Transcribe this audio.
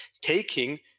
taking